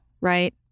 right